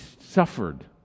suffered